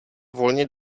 volně